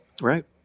right